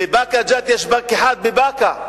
בבאקה ג'ת יש בנק אחד בבאקה,